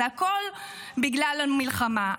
זה הכול בגלל המלחמה.